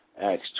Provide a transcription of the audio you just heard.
Acts